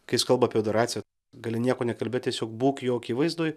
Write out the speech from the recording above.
kai jis kalba apie adoraciją gali nieko nekalbėt tiesiog būk jo akivaizdoj